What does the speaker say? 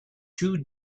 two